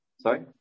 Sorry